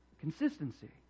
Consistency